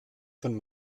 von